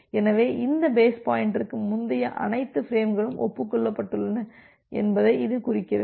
எனவே இந்த பேஸ் பாயின்டருக்கு முந்தைய அனைத்து பிரேம்களும் ஒப்புக் கொள்ளப்பட்டுள்ளன என்பதை இது குறிக்கிறது